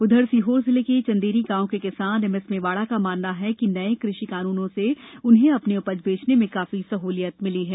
उधर सीहोर जिले के चंदेरी गांव किसान एमएस मेवाड़ा का मानना है कि नए कृषि कानूनों से उन्हें अपनी उपज बेचने में काफी सहलियत मिली है